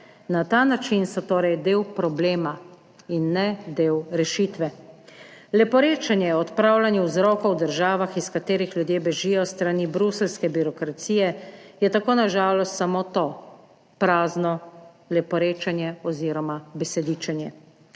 Na ta način so torej del problema in ne del rešitve. Leporečenje o odpravljanju vzrokov v državah, iz katerih ljudje bežijo s strani bruseljske birokracije, je tako na žalost samo to prazno leporečenje oziroma besedičenje.